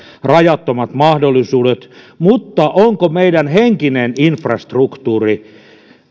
rajattomat mahdollisuudet mutta onko meidän henkinen infrastruktuuri